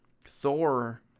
Thor